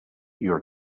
your